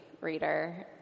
reader